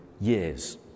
years